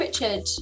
Richard